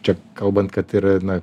čia kalbant kad ir na